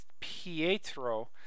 Pietro